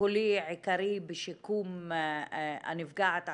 טיפולי עיקרי בשיקום הנפגעת עצמה,